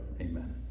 Amen